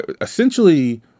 essentially